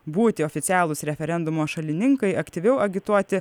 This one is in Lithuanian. būti oficialūs referendumo šalininkai aktyviau agituoti